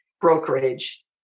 brokerage